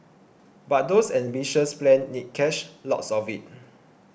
but those ambitious plans need cash lots of it